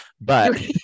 but-